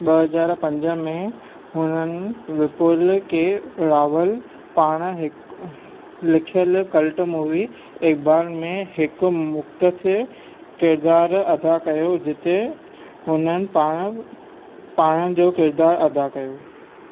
ॿ हज़ार पंज में हुननि विपुल के रावल पारां हिक लिखयल कल्ट मूवी इक़बाल में हिकु मुख़्तसिर किरदारु अदा कयो जिते हुननि पाण पाण जो किरदारु अदा कयो